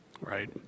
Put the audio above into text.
Right